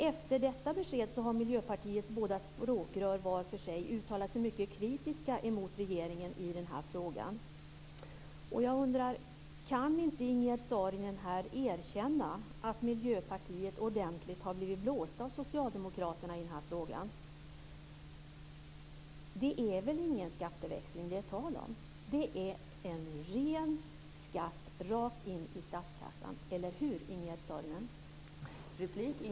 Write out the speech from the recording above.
Efter detta besked har Miljöpartiets båda språkrör var för sig uttalat sig mycket kritiskt mot regeringen i den här frågan. Jag undrar: Kan inte Ingegerd Saarinen här erkänna att Miljöpartiet har blivit ordentligt blåst av Socialdemokraterna i den här frågan? Det är väl ingen skatteväxling det är tal om, utan en ren skatt, rakt in i statskassan - eller hur, Ingegerd Saarinen?